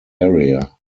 area